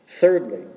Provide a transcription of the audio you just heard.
Thirdly